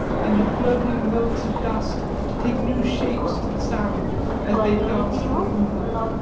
and the floating motes of dust to take new shapes to the sound as they danced in the moonlight.